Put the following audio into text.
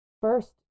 First